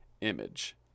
image